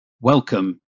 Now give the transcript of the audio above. Welcome